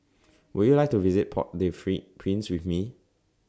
Would YOU like to visit Port Prince with Me